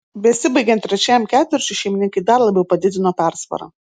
besibaigiant trečiajam ketvirčiui šeimininkai dar labiau padidino persvarą